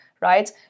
right